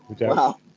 Wow